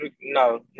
no